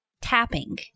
tapping